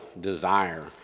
desire